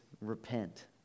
repent